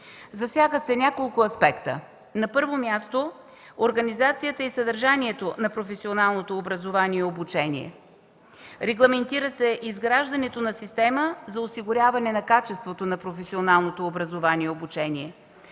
Засягат се няколко аспекта. На първо място, организацията и съдържанието на професионалното образование и обучение. Регламентира се изграждането на система за осигуряване на качеството на професионалното образование и обучение,